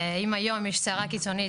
אם היום יש סערה קיצונית,